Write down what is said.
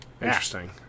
interesting